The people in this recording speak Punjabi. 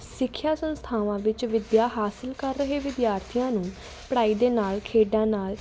ਸਿੱਖਿਆ ਸੰਸਥਾਵਾਂ ਵਿੱਚ ਵਿੱਦਿਆ ਹਾਸਿਲ ਕਰ ਰਹੇ ਵਿਦਿਆਰਥੀਆਂ ਨੂੰ ਪੜ੍ਹਾਈ ਦੇ ਨਾਲ ਖੇਡਾਂ ਨਾਲ